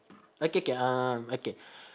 okay K um okay